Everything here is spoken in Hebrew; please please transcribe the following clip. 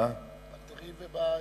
בעירייה.